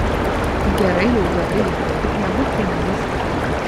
gerai jau gerai tik nebūk feministė